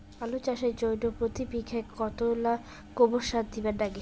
আলু চাষের জইন্যে প্রতি বিঘায় কতোলা গোবর সার দিবার লাগে?